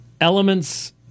elements